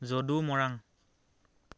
Jadu Morang